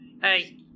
Hey